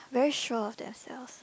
very sure of themselves